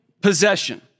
possession